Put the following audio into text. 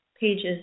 pages